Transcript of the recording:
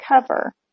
cover